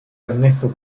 ernesto